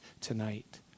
tonight